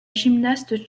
gymnaste